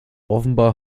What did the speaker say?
offenbar